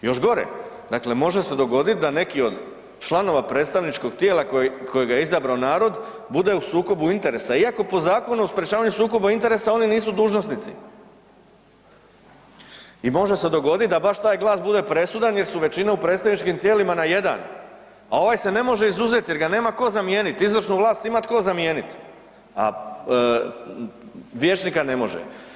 Još gore, dakle može se dogodit da neki od članova predstavničkog tijela koji, kojega je izabrao narod bude u sukobu interesa iako po Zakonu o sprječavanju sukoba interesa oni nisu dužnosnici i može se dogodit da baš taj glas bude presudan jer su većina u predstavničkim tijelima na jedan, a ovaj se ne može izuzet jer ga nema tko zamijenit, izvršnu vlast ima tko zamijenit, a vijećnika ne može.